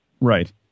Right